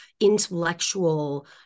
intellectual